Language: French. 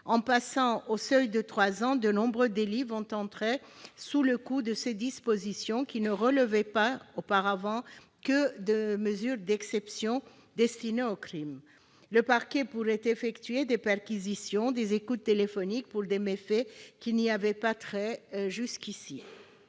l'on passe au seuil de trois ans, de nombreux délits vont entrer sous le coup de ces dispositions, qui ne relevaient auparavant que de mesures d'exception destinées au crime. Le parquet pourrait demander des perquisitions et des écoutes téléphoniques pour des méfaits qui ne donnaient pas lieu jusque-là